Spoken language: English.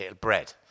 bread